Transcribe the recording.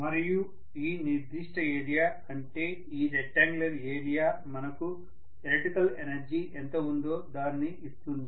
మరియు ఈ నిర్దిష్ట ఏరియా అంటే ఈ రెక్టాంగులర్ ఏరియా మనకు ఎలక్ట్రికల్ ఎనర్జీ ఎంత ఉందో దానిని ఇస్తుంది